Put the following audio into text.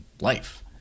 life